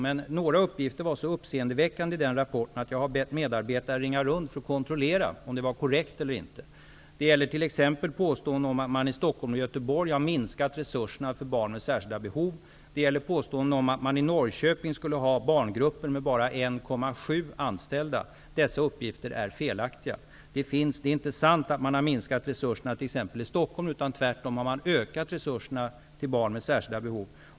Men några uppgifter i den här rapporten är så uppseendeväckande att jag har bett medarbetare ringa runt för att kontrollera om uppgifterna är korrekta eller inte. Det gäller t.ex. påståenden om att man i Stockholm och Göteborg har minskat resurserna för barn med särskilda behov. Det gäller också påståenden om att man i Norrköping skulle ha barngrupper med bara 1,7 anställda. Dessa uppgifter är felaktiga. Det är inte sant att resurserna i t.ex. Stockholm har minskats. Tvärtom har man ökat resurserna till barn med särskilda behov.